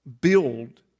build